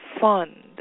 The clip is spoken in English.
fund